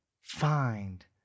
find